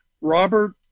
Robert